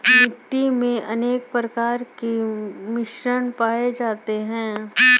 मिट्टी मे अनेक प्रकार के मिश्रण पाये जाते है